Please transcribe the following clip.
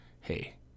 Hey